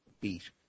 beat